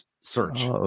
search